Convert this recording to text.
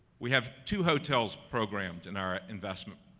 we have two hotel programs in our investment,